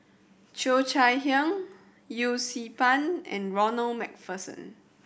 Cheo Chai Hiang Yee Siew Pun and Ronald Macpherson